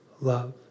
love